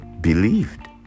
believed